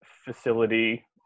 facility